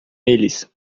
eles